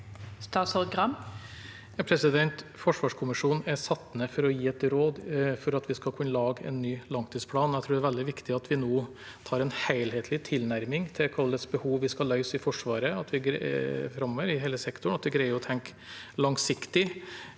Forsvars- kommisjonen er satt ned for å gi et råd, for at vi skal kunne lage en ny langtidsplan. Jeg tror det er veldig viktig at vi nå har en helhetlig tilnærming til hvilke behov vi skal løse i Forsvaret framover, i hele sektoren,